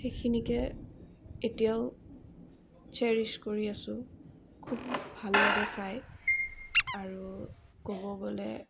সেইখিনিকে এতিয়াও শ্বেয়াৰিছ কৰি আছোঁ খুব ভাল লাগে চাই আৰু ক'ব গ'লে